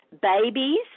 Babies